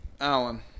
Allen